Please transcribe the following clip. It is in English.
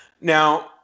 Now